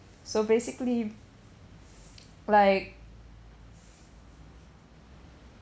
so basically like